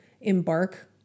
embark